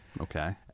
Okay